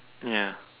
ya